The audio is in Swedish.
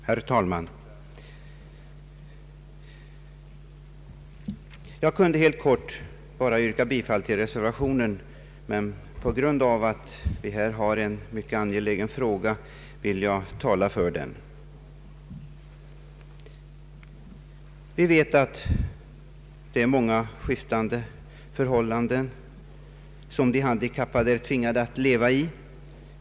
Herr talman! Jag kunde helt kort bara yrka bifall till reservationen, men på grund av att detta är en mycket angelägen fråga vill jag tala för den. Vi vet att det är många skiftande förhållanden som de handikappade tvingas leva i.